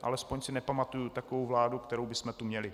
Alespoň si nepamatuji takovou vládu, kterou bychom tu měli.